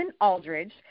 Aldridge